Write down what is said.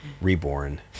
reborn